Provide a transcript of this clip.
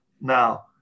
now